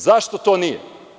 Zašto to nije?